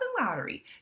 lottery